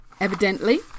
evidently